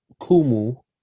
Kumu